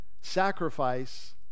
sacrifice